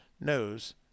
knows